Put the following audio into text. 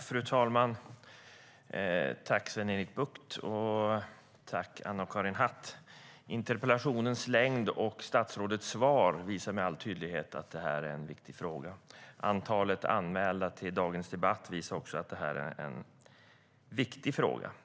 Fru talman! Tack, Sven-Erik Bucht! Tack, Anna-Karin Hatt! Interpellationens längd och statsrådets svar visar med all tydlighet att det här är en viktig fråga. Antalet anmälda till dagens debatt visar också att det är en viktig fråga.